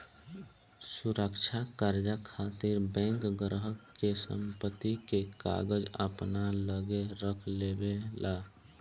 सुरक्षा कर्जा खातिर बैंक ग्राहक के संपत्ति के कागज अपना लगे रख लेवे ला